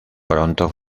pronto